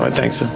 but thanks and